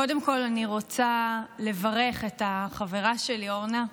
קודם כול אני רוצה לברך את החברה שלי אורנה,